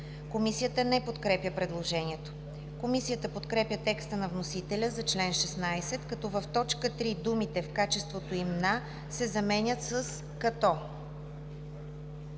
Комисията не подкрепя предложението. Комисията подкрепя текста на вносителя за чл. 16, като в т. 3 думите „в качеството им на“ се заменят с „като“.